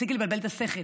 תפסיקי לבלבל את השכל,